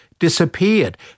disappeared